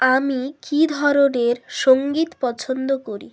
আমি কি ধরনের সঙ্গীত পছন্দ করি